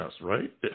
right